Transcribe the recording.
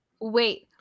wait